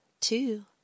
two